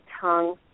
tongue